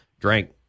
drank